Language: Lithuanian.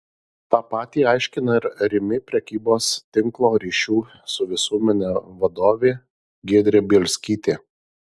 tą patį aiškina ir rimi prekybos tinklo ryšių su visuomene vadovė giedrė bielskytė